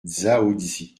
dzaoudzi